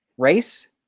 race